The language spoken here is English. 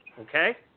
Okay